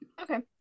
Okay